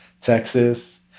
texas